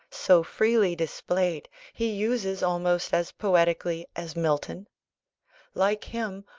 so freely displayed, he uses almost as poetically as milton like him,